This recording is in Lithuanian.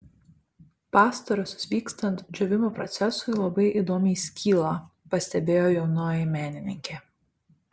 pastarosios vykstant džiūvimo procesui labai įdomiai skyla pastebėjo jaunoji menininkė